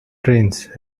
trains